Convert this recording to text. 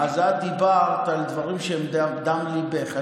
אז את דיברת על דברים שמדם ליבך.